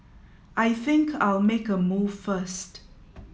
I think I'll make a move first